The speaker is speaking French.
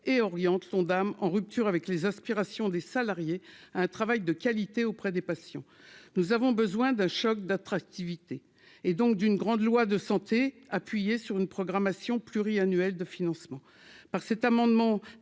et oriente son dame en rupture avec les aspirations des salariés, un travail de qualité auprès des patients, nous avons besoin d'un choc d'attractivité et donc d'une grande loi de santé appuyé sur une programmation pluriannuelle de financement par cet amendement